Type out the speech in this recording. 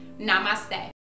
namaste